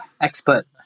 expert